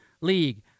league